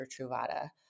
Truvada